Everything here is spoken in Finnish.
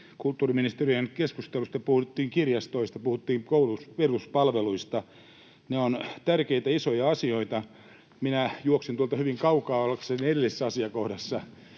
kulttuuriministeriön keskustelussa puhuttiin kirjastoista, puhuttiin koulutus‑, peruspalveluista. Ne ovat tärkeitä, isoja asioita. Minä juoksin tuolta hyvin kaukaa ollakseni edellisessä asiakohdassa,